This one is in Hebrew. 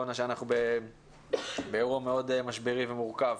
קורונה כשאנחנו באירוע מאוד משברי ומורכב.